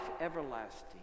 everlasting